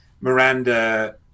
Miranda